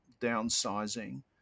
downsizing